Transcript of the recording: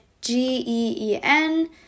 G-E-E-N